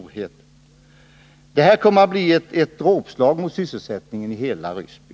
Det här kommer att bli ett dråpslag mot sysselsättningen i hela Ryssby.